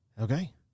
Okay